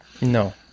No